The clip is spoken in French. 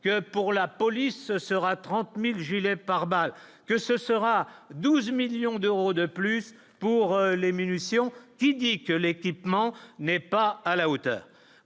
que pour la police, ce sera 30000 gilets pare-balles que ce sera 12 millions d'euros de plus pour les munitions qui dit que l'équipement n'est pas à la hauteur